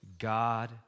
God